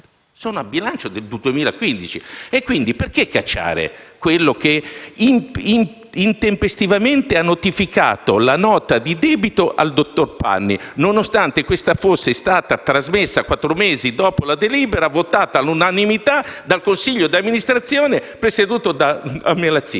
anche a bilancio nel 2015. Perché cacciare quello che «intempestivamente» ha notificato la nota di debito al dottor Pani, nonostante questa fosse stata trasmessa quattro mesi dopo la delibera votata all'unanimità dal consiglio di amministrazione presieduto da Melazzini?